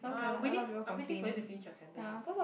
!huh! I'm waiting I'm waiting for you to finish your sentence eh